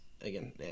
again